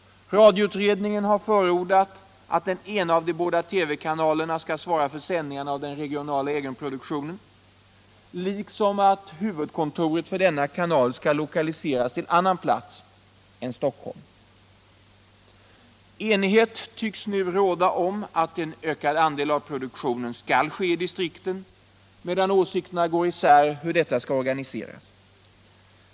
Radioutredningen har förordat att den ena av de båda TV-kanalerna skall svara för sändningarna av den regionala egenproduktionen, liksom att huvudkontoret för denna kanal skall lokaliseras till annan plats än Stockholm. Enighet tycks nu råda om att en ökad andel av produktionen skall ske i distrikten medan åsikterna går isär om hur detta skall organiseras.